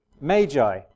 Magi